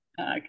Okay